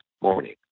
morning